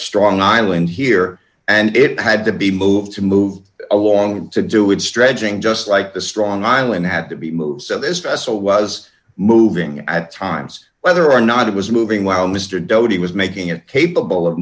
strong island here and it had to be moved to move along to do it stretching just like the strong island had to be moved so this vessel was moving at times whether or not it was moving while mr dodi was making it capable of